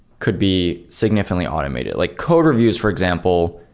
could be significantly automated. like code reviews for example,